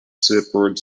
separated